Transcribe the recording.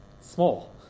small